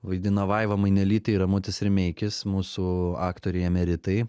vaidina vaiva mainelytė ir ramutis rimeikis mūsų aktoriai emeritai